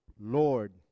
Lord